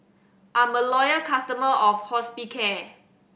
I'm a loyal customer of Hospicare